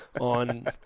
on